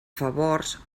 favors